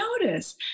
notice